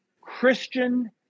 Christian